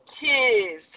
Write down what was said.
kids